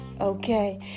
Okay